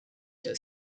the